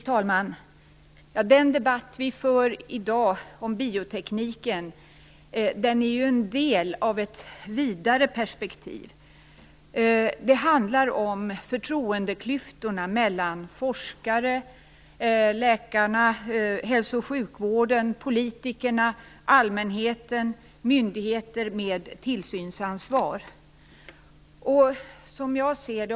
Fru talman! Den debatt som vi för i dag om biotekniken är en del av ett vidare perspektiv. Det handlar om förtroendeklyftorna mellan forskare, läkare, hälso och sjukvård, politiker, allmänhet och myndigheter med tillsynsansvar.